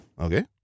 Okay